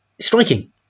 striking